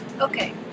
Okay